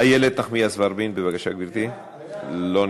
איילת נחמיאס ורבין, בבקשה, גברתי, לא נמצאת.